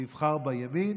ויבחר בימין,